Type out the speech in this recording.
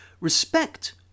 respect